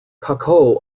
kakko